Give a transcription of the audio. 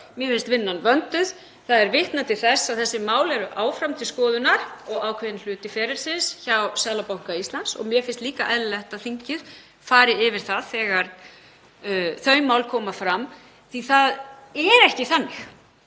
Mér finnst vinnan vönduð. Það er vitnað til þess að þessi mál séu áfram til skoðunar og ákveðinn hluti ferilsins hjá Seðlabanka Íslands og mér finnst líka eðlilegt að þingið fari yfir það þegar þau mál koma fram. Það er ekki þannig,